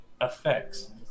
effects